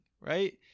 right